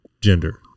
gender